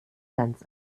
ganz